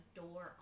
door